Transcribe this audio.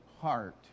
heart